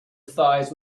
thighs